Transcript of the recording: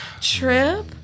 trip